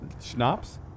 Schnapps